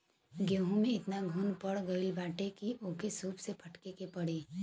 गेंहू में एतना घुन पड़ गईल बाटे की ओके सूप से फटके के पड़ी